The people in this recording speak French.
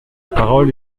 parole